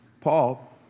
Paul